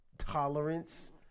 Tolerance